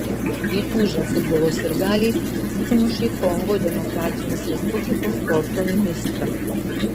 įtūžę futbolo sirgaliai sumušė kongo demokratinės respublikos sporto ministrą